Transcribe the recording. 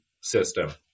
system